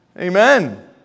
Amen